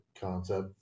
concept